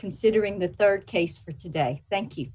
considering the rd case for today thank you